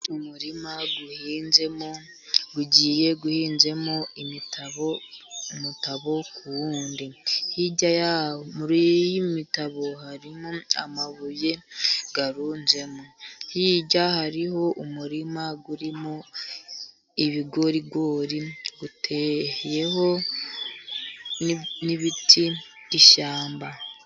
Umurima uhinzemo ugiye uhinzemo imitabo ,umutabo ku wundi, hirya y'iyo mitabo harimo amabuye arunzemo ,hirya hariho umurima urimo ibigorigori uteyeho n'ibiti by'ishyamba.